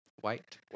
white